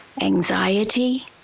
anxiety